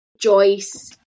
Joyce